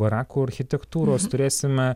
barakų architektūros turėsime